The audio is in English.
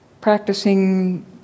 practicing